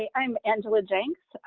ah i'm angela jenks.